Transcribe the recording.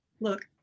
look